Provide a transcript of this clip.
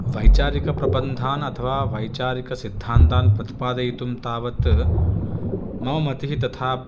वैचारिकप्रबन्धान् अथवा वैचारिकसिद्धान्तान् प्रतिपादयितुं तावत् मम मतिः तथा